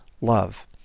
love